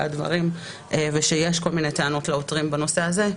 הדברים ויש כל מיני טענות לעותרים בנושא הזה,